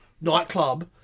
nightclub